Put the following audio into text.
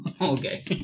Okay